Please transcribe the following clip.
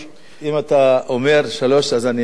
אם אתה אומר שלוש, אז אני מאמין לך.